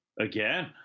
Again